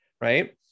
right